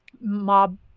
mob